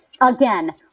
Again